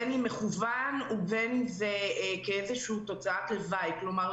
בין אם מכוון ובין אם זה כאיזושהי תוצאת לוואי כלומר,